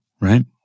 Right